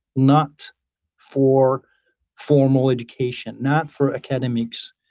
not for formal education, not for academics.